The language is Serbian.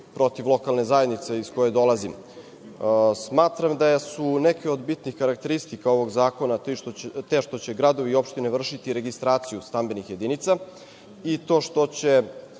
protiv lokalne zajednice iz koje dolazim. Smatram da su neke od bitnih karakteristika ovog zakona te što će gradovi i opštine vršiti registraciju stambenih jedinica i to što će